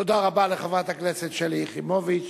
תודה רבה לחברת הכנסת שלי יחימוביץ.